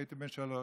כשהייתי בן שלוש,